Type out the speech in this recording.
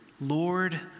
Lord